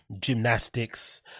gymnastics